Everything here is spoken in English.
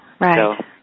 right